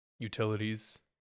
Utilities